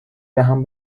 دهم